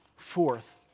Fourth